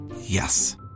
Yes